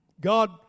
God